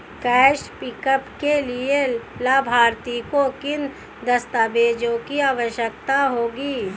Cash pickup के लिए लाभार्थी को किन दस्तावेजों की आवश्यकता होगी?